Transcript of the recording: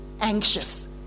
anxious